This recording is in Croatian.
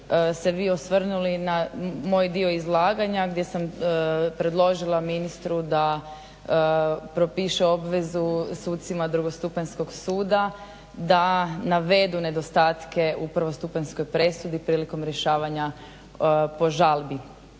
ste vi osvrnuli na moj dio izlaganja gdje sam predložila ministru da propiše obvezu sucima drugostupanjskog suda da navedu nedostatke u prvostupanjskoj presudi prilikom rješavanja po žalbi.